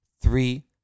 three